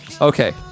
Okay